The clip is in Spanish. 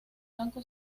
blanco